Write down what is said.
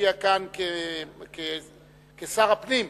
המופיע כאן כשר הפנים,